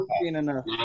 enough